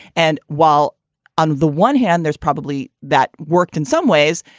and while on the one hand, there's probably that worked in some ways.